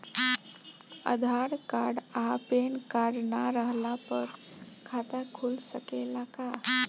आधार card आ PAN card ना रहला पर खाता खुल सकेला का?